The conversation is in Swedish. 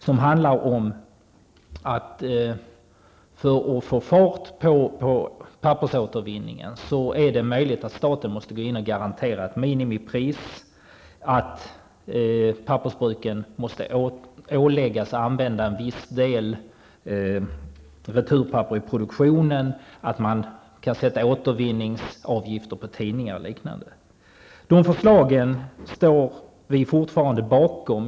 För att man skall få fart på pappersåtervinningen föreslås att staten skall gå in och garantera ett minimipris, att pappersbruken skall åläggas att använda en viss del returpapper i produktionen, att man skall ha återvinningsavgifter på tidningar, och liknande åtgärder. De förslagen står vi fortfarande bakom.